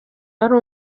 wari